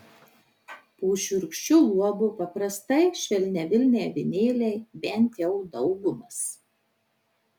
po šiurkščiu luobu paprastai švelniavilniai avinėliai bent jau daugumas